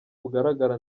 bugaragara